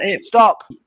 stop